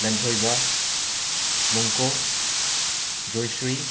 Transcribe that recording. Lanthoiba Mongkok Joyshree